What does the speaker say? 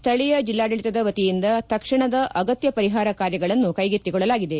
ಸ್ಥಳೀಯ ಜಿಲ್ಲಾಡಳಿತದ ವಹಿಯಿಂದ ತಕ್ಷಣದ ಅಗತ್ತ ಪರಿಪಾರ ಕಾರ್ಯಗಳನ್ನು ಕೈಗೆತ್ತಿಕೊಳ್ಳಲಾಗಿದೆ